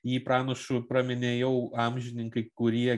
jį pranašu praminė jau amžininkai kurie